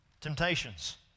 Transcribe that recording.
temptations